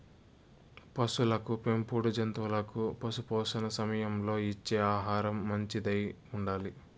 పసులకు పెంపుడు జంతువులకు పశుపోషణ సమయంలో ఇచ్చే ఆహారం మంచిదై ఉండాలి